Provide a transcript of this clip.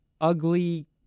ugly